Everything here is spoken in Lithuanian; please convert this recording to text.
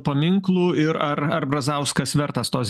paminklų ir ar ar brazauskas vertas tos